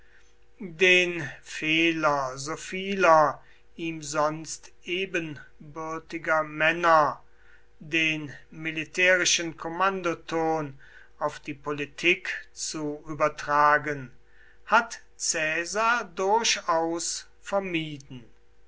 den fehler so vieler ihm sonst ebenbürtiger männer den militärischen kommandoton auf die politik zu übertragen hat caesar durchaus vermieden